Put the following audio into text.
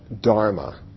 dharma